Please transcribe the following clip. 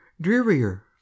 drearier